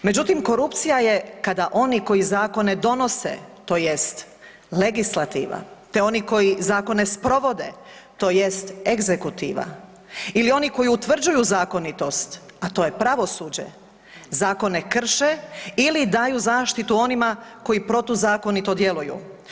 Međutim, korupcija je kada oni koji zakone donose, tj. legislativa te oni koji zakone sprovode tj. egzekutiva ili oni koji utvrđuju zakonitost, a to je pravosuđe, zakone krše ili daju zaštitu onima koji protuzakonito djeluju.